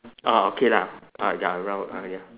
orh okay lah ah ya around ah ya